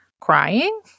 crying